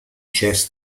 chess